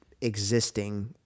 existing